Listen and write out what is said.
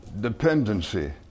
dependency